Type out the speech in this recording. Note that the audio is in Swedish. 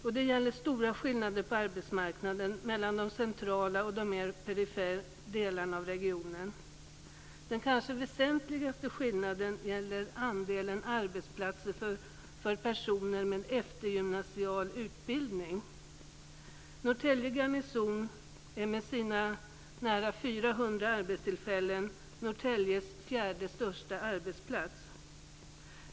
Det är stora skillnader på arbetsmarknaden mellan de centrala och de mer perifera delarna av regionen. Den kanske väsentligaste skillnaden gäller andelen arbetsplatser för personer med eftergymnasial utbildning. Norrtälje garnison är med sina nära 400 arbetstillfällen Norrtäljes fjärde största arbetsplats.